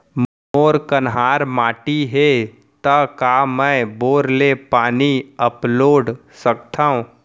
मोर कन्हार माटी हे, त का मैं बोर ले पानी अपलोड सकथव?